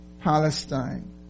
Palestine